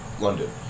London